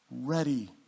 ready